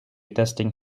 testing